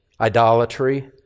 idolatry